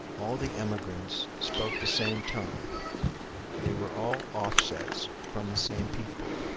all the emigrants spoke the same tongue they were all offsets from the same people.